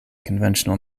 conventional